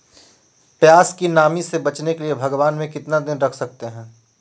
प्यास की नामी से बचने के लिए भगवान में कितना दिन रख सकते हैं?